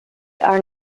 are